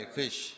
fish